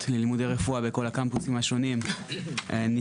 ללימודי רפואה בכל הקמפוסים השונים נסגרו.